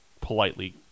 politely